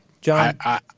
John